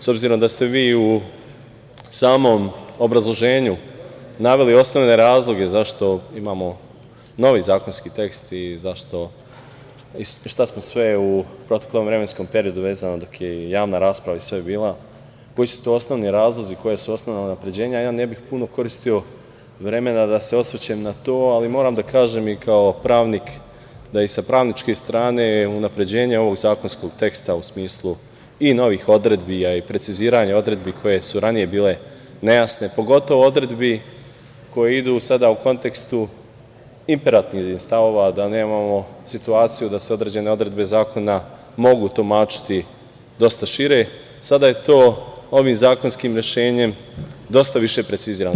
S obzirom da ste vi u samom obrazloženju naveli osnovne razloge zašto imamo novi zakonski tekst i šta smo sve u proteklom vremenskom periodu, dok je i javna rasprava bila, koji su to osnovni razlozi, koja su osnovna ubeđenja, ja ne bih puno koristio vremena da se osvrćem na to, ali moram da kažem i kao pravnik da i sa pravničke strane unapređenje ovog zakonskog teksta, u smislu i novih odredbi, a i preciziranja odredbi koje su ranije bile nejasne, pogotovo odredbi koje sada idu u kontekstu imperativnih stavova, da nemamo situaciju da se određene odredbe zakona mogu tumačiti dosta šire, sada je to ovim zakonskim rešenjem dosta više precizirano.